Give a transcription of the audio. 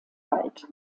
wald